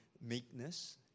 meekness